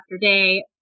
day